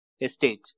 estate